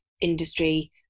industry